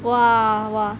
!wah! !wah!